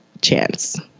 chance